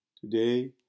Today